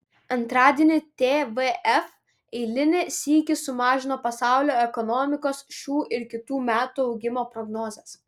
antradienį tvf eilinį sykį sumažino pasaulio ekonomikos šių ir kitų metų augimo prognozes